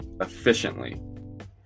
efficiently